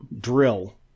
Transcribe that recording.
drill